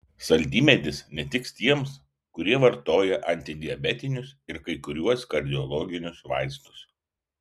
saldymedis netiks tiems kurie vartoja antidiabetinius ir kai kuriuos kardiologinius vaistus